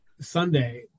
Sunday